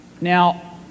Now